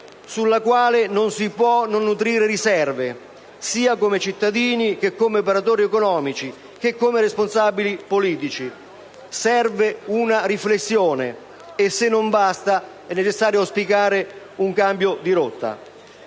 sulla quale non si può non nutrire riserve sia come cittadini che come operatori economici e come responsabili politici. Serve una riflessione e, se non basta, è necessario auspicare un cambio di rotta.